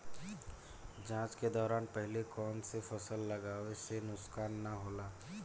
जाँच के दौरान पहिले कौन से फसल लगावे से नुकसान न होला?